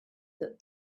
that